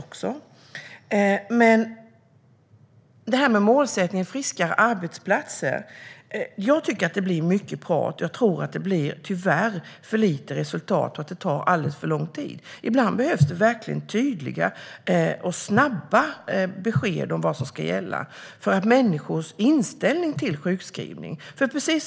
När det gäller målsättningen friskare arbetsplatser tycker jag att det blir mycket prat, men jag tror tyvärr att det blir för lite resultat och att det tar alldeles för lång tid. Ibland behövs det verkligen tydliga och snabba besked om vad som ska gälla för att människors inställning till sjukskrivning ska förändras.